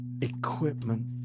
equipment